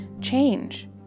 change